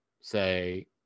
say